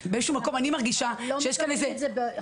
באיזה שהוא מקום אני מרגישה שיש כאן איזה --- לא מקבלים את זה בנפש